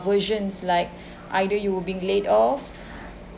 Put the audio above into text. versions like either you were being laid off